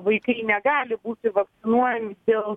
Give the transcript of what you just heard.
vaikai negali būti vakcinuojami dėl